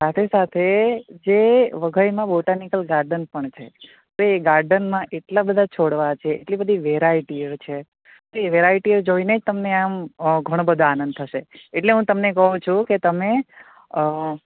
સાથે સાથે જે વઘઈમાં બોટાનીકલ ગાર્ડન પણ છે તે ગાર્ડનમાં એટલાં બધાં છોડવા છે એટલી બધી વેરાઈટીઓ છે એટલી વેરાઈટી જોઈને જ તમને આમ ઘણો બધો આનંદ થશે એટલે હું તમને કહું છું કે